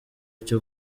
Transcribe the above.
cyo